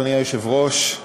אדוני היושב-ראש,